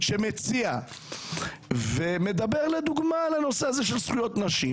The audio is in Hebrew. ומציע ומדבר על הנושא של זכויות נשים,